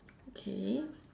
okay